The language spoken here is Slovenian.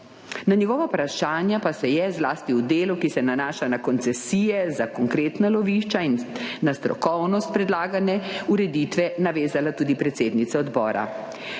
Na njegova vprašanja pa se je zlasti v delu, ki se nanaša na koncesije za konkretna lovišča in na strokovnost predlagane ureditve navezala tudi predsednica odbora.